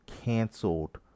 canceled